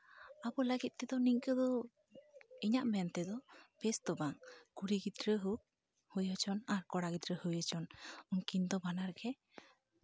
ᱟᱵᱚ ᱞᱟᱹᱜᱤᱫ ᱛᱮᱫᱚ ᱱᱚᱝᱠᱟᱹ ᱫᱚ ᱤᱧᱟᱹᱜ ᱢᱮᱱ ᱛᱮᱫᱚ ᱵᱮᱥ ᱫᱚ ᱵᱟᱝ ᱠᱟᱱᱟ ᱠᱩᱲᱤ ᱜᱤᱫᱽᱨᱟᱹ ᱦᱚᱠ ᱦᱩᱭ ᱦᱚᱪᱚᱣᱟᱱ ᱠᱚᱲᱟ ᱜᱤᱫᱽᱨᱟᱹ ᱦᱩᱭ ᱦᱚᱪᱚᱣᱟᱱ ᱩᱱᱠᱤᱱ ᱫᱚ ᱵᱟᱱᱟᱨᱜᱮ